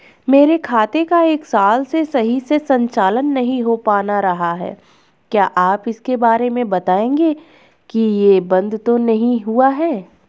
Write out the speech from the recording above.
मेरे खाते का एक साल से सही से संचालन नहीं हो पाना रहा है क्या आप इसके बारे में बताएँगे कि ये बन्द तो नहीं हुआ है?